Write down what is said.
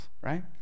right